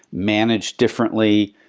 managed differently,